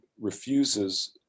refuses